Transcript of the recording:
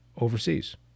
overseas